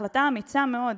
בהחלטה אמיצה מאוד,